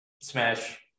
smash